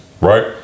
right